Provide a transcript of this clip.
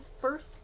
first